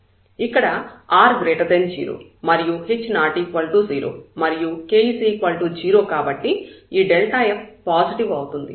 ఇక్కడ r0 మరియు h ≠0 మరియు k 0 కాబట్టి ఈ f పాజిటివ్ అవుతుంది